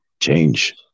change